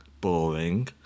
Boring